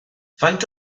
faint